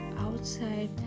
outside